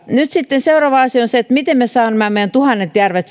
nyt sitten seuraava asia on se miten me saamme meidän tuhannet järvet